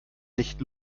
nicht